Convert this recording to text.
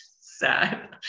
sad